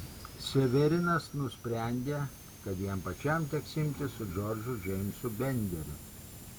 severinas nusprendė kad jam pačiam teks imtis su džordžu džeimsu benderiu